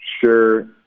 sure